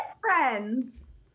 friends